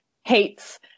hates